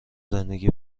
زندگی